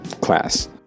class